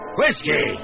Whiskey